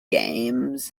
games